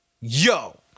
Yo